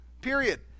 period